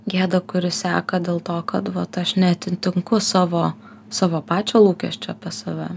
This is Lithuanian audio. gėda kuri seka dėl to kad vat aš neatitinku savo savo pačio lūkesčio apie save